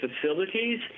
facilities